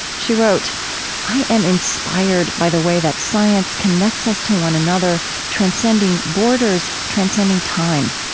she wrote i am inspired by the way that science connects us to one another, transcending borders, transcending time.